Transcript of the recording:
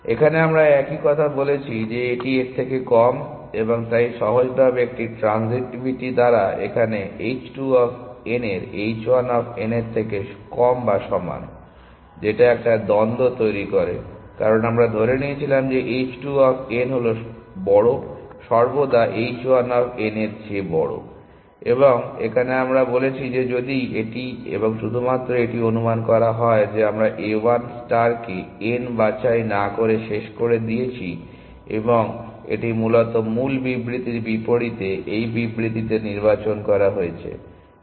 এখানে আমরা একই কথা বলেছি যে এটি এর থেকে কম এবং তাই সহজভাবে একটি ট্রানজিটিভিটি দ্বারা এখানে h 2 অফ n এর h 1 অফ n এর থেকে কম বা সমান যেটা একটা দ্বন্দ্ব তৈরী করে কারণ আমরা ধরে নিয়েছিলাম যে h 2 অফ n হলো বড় সর্বদা h 1 অফ n এর চেয়ে বড় এবং এখানে আমরা বলেছি যে যদি এটি এবং শুধুমাত্র এটি অনুমান করা হয় যে আমরা a 1 ষ্টার কে n বাছাই না করে শেষ করে দিয়েছি এবং এটি মূলত মূল বিবৃতির বিপরীতে এই বিবৃতিতে নির্বাচন করা হয়েছে